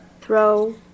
Throw